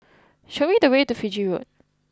show me the way to Fiji Road